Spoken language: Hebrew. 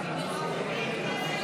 23,